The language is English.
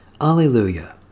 Alleluia